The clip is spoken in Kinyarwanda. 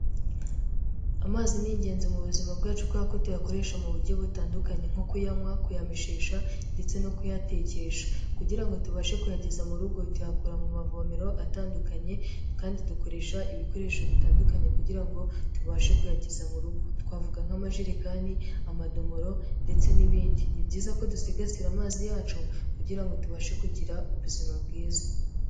Amazi ni ingenzi mu buzima bwacu kubera ko tuyakoresha mu buryo butandukanye nko kuyanywa, kuyameshesha ndetse no kuyatekesha kugirango tubashe kuyageza murugo tuyakura mu mavomero atandukanye, kandi dukoresha ibikoresho bitandukanye kugira ngo tubashe kuyageza mu rugo twavuga; nk'amajerekani, amadomoro, ndetse n'ibindi. Ni byiza ko dusigasira amazi yacu kugira ngo tubashe kugira ubuzima bwiza.